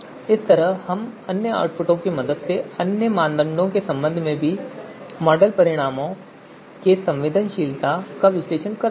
इसी तरह हम अन्य इनपुट मापदंडों अन्य मानदंडों के संबंध में भी मॉडल परिणामों की संवेदनशीलता का विश्लेषण कर सकते हैं